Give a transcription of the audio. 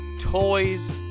toys